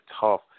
tough